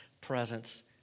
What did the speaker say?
presence